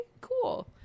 cool